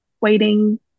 waiting